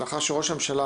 לאחר שראש הממשלה,